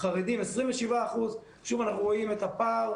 חרדים 27%, שוב אנחנו רואים את הפער